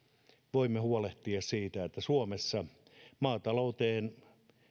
voimme huolehtia siitä että suomessa maatalouteen